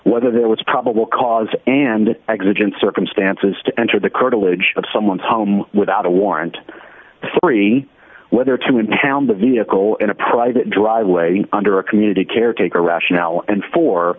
whether there was probable cause and exit in circumstances to enter the curtilage of someone's home without a warrant sorry whether to impound the vehicle in a private driveway under a community caretaker rationale and for